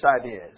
ideas